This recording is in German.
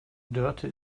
dörte